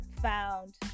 found